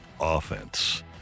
offense